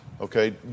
Okay